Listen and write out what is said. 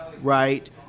right